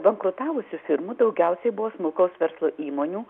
bankrutavusių firmų daugiausiai buvo smulkaus verslo įmonių